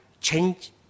change